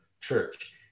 church